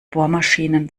bohrmaschinen